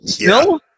No